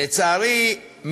לצערי,